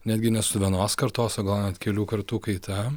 netgi ne su vienos kartos o gal net kelių kartų kaita